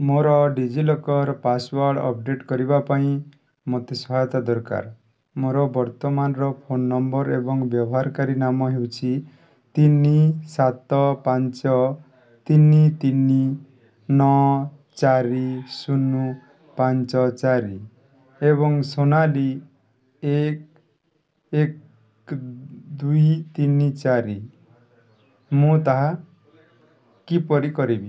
ମୋର DigiLocker password update କରିବା ପାଇଁ ମୋତେ ସହାୟତା ଦରକାର ମୋର ବର୍ତ୍ତମାନର ଫୋନ୍ ନମ୍ବର୍ ଏବଂ ବ୍ୟବହାରକାରୀ ନାମ ହେଉଛି ତିନି ସାତ ପାଞ୍ଚ ତିନି ତିନି ନଅ ଚାରି ଶୂନ ପାଞ୍ଚ ଚାରି ଏବଂ ସୋନାଲି ଏକ ଏକ ଦୁଇ ତିନି ଚାରି ମୁଁ ତାହା କିପରି କରିବି